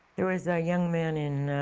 there was a young man in